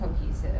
cohesive